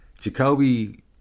Jacoby